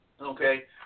Okay